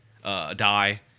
Die